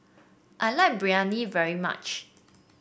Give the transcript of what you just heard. I like Biryani very much